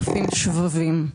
עפים שבבים.